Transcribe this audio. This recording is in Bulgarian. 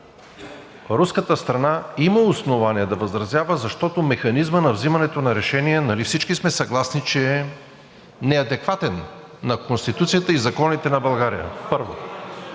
руската страна има основания да възразява, защото механизмът на взимането на решение, нали всички сме съгласни, че е неадекватен на Конституцията и законите на България – първо.